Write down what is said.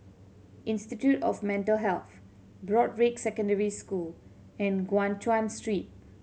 Institute of Mental Health Broadrick Secondary School and Guan Chuan Street